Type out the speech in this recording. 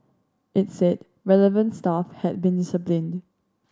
it said relevant staff had been disciplined